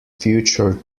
feature